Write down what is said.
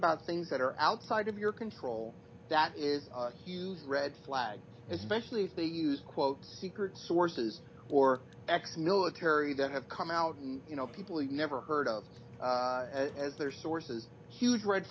about things that are outside of your control that is a huge red flag especially if they use quote secret sources or ex military that have come out you know people you never heard of as their sources huge red